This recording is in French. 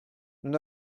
nous